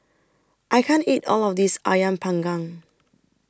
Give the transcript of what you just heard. I can't eat All of This Ayam Panggang